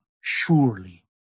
surely